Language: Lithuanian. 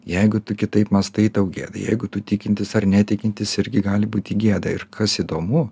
jeigu tu kitaip mąstai tau gėda jeigu tu tikintis ar netikintis irgi gali būti gėda ir kas įdomu